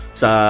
sa